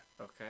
Okay